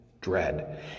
dread